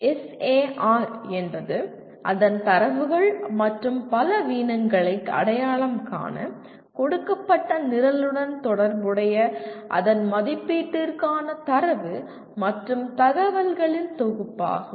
SAR என்பது அதன் தரவுகள் மற்றும் பலவீனங்களை அடையாளம் காண கொடுக்கப்பட்ட நிரலுடன் தொடர்புடைய அதன் மதிப்பீட்டிற்கான தரவு மற்றும் தகவல்களின் தொகுப்பாகும்